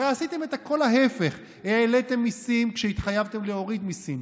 הרי עשיתם הכול ההפך: העליתם מיסים כשהתחייבתם להוריד מיסים,